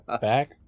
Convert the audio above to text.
Back